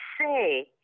say